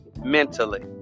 Mentally